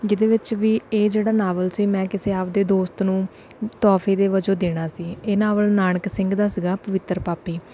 ਜਿਹਦੇ ਵਿੱਚ ਵੀ ਇਹ ਜਿਹੜਾ ਨਾਵਲ ਸੀ ਮੈਂ ਕਿਸੇ ਆਪਦੇ ਦੋਸਤ ਨੂੰ ਤੋਹਫੇ ਦੇ ਵਜੋਂ ਦੇਣਾ ਸੀ ਇਹ ਨਾਵਲ ਨਾਨਕ ਸਿੰਘ ਦਾ ਸੀਗਾ ਪਵਿੱਤਰ ਪਾਪੀ